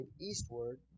eastward